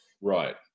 Right